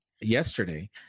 yesterday